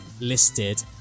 listed